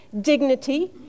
dignity